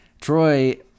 Troy